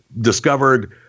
discovered